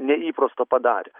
neįprasto padarė